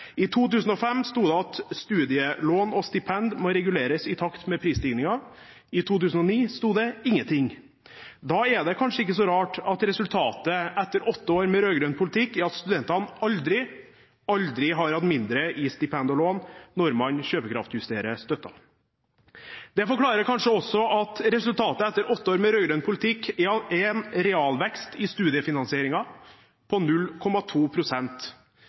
I 2005 sto det: «Studielån og stipend må reguleres i takt med prisstigningen.» I 2009 sto det ingenting. Da er det kanskje ikke så rart at resultatet etter åtte år med rød-grønn politikk er at studentene aldri har hatt mindre i stipend og lån når man kjøpekraftjusterer støtten. Det forklarer kanskje også at resultatet etter åtte år med rød-grønn politikk er en realvekst i studiefinansieringen på